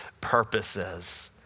purposes